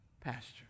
pasture